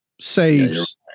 saves